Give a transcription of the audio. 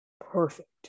Perfect